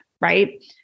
right